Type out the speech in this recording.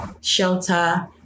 shelter